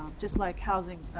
just like housing,